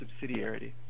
subsidiarity